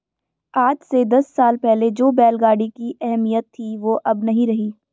आज से दस साल पहले जो बैल गाड़ी की अहमियत थी वो अब नही रही